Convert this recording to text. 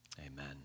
Amen